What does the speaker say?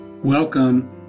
Welcome